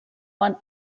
one